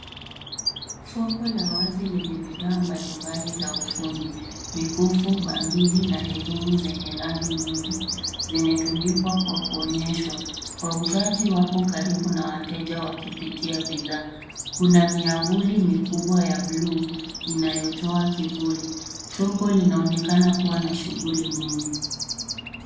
Soko la wazi lenye bidhaa mbali mbali za ufundi. Mikufu, bangili, hirini zenye rangi nyingi zimetundikwa kwa kuonyeshwa au uuzaji hapo karibu na wateja wakipitia bidhaa. Kuna miavuli mikubwa ya bluu inayoota kifuli. Soko linaonekana kuwa na shughuli nyingi.